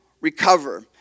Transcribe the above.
recover